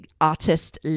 artist